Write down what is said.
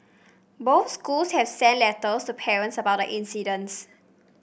both schools have sent letters parents about the incidents